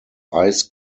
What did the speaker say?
ice